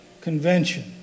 convention